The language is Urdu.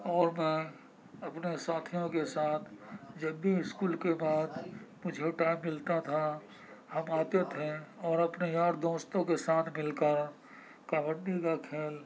اور میں اپنے ساتھیوں کے ساتھ جب بھی اسکول کے بعد مجھے ٹائم ملتا تھا ہم آتے تھے اور اپنے یار دوستوں کے ساتھ مل کر کبڈی کا کھیل